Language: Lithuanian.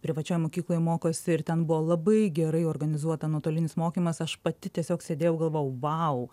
privačioj mokykloje mokosi ir ten buvo labai gerai organizuota nuotolinis mokymas aš pati tiesiog sėdėjau galvojau vau